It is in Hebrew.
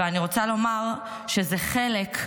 ואני רוצה לומר שזה חלק,